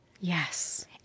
Yes